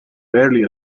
rarely